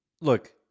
look